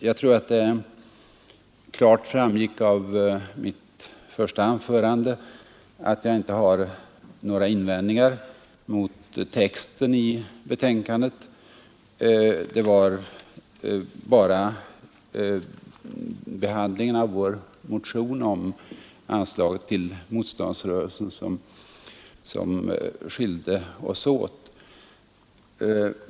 Jag tror att det klart framgick av mitt första anförande att jag inte har några invändningar mot texten i betänkandet; det var bara behandlingen av vårt motionskrav om anslaget till motståndsrörelsen som skilde oss åt.